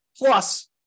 Plus